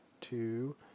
two